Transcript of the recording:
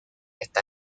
está